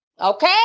Okay